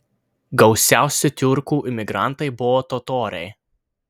gausiausi tiurkų imigrantai buvo totoriai